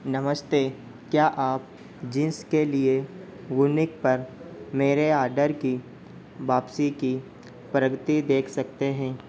नमस्ते क्या आप जींस के लिए वूनिक पर मेरे आडर की वापसी की प्रगति देख सकते हैं